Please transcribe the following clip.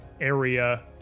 area